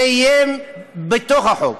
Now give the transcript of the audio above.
זה יהיה בתוך החוק.